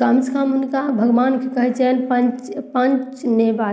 कम सँ कम हुनका भगवानके कहय छियनि पञ्च पञ्चमेवा